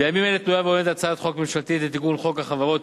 בימים אלה תלויה ועומדת הצעת חוק ממשלתית לתיקון חוק החברות,